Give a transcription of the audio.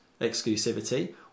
exclusivity